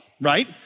right